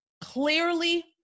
clearly